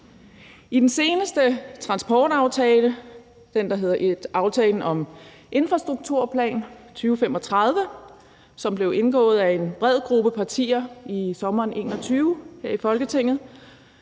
I den seneste transportaftale – den, der hedder »Aftale om Infrastrukturplan 2035« – som blev indgået af en bred gruppe partier her i Folketinget